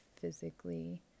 physically